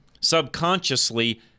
subconsciously